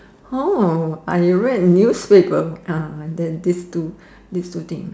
hor I read newspaper ah these two these two things